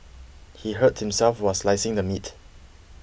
he hurt himself while slicing the meat